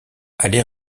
allez